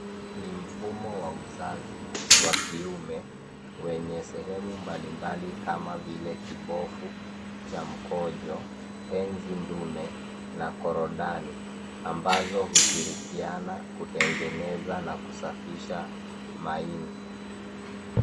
Ni mfumo wa uzazi wa kiume wenye sehemu mbalimbali kama vile kibofu cha mkojo, penzi ndume, na korodani, ambazo hushirikiana kutengeneza, na kusafisha maini.